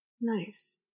Nice